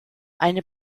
eine